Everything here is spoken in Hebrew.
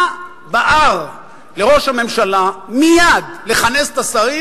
מה בער לראש הממשלה מייד לכנס את השרים